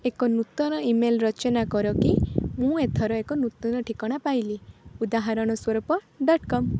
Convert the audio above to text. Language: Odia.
ଏକ ନୂତନ ଇମେଲ୍ ରଚନା କର କି ମୁଁ ଏଥର ଏକ ନୂତନ ଠିକଣା ପାଇଲି ଉଦାହରଣ ସ୍ୱରୂପ ଡଟ୍ କମ୍